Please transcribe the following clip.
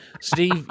Steve